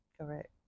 Correct